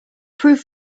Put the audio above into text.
prove